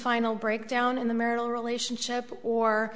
final breakdown in the marital relationship or